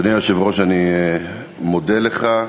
אדוני היושב-ראש, אני מודה לך.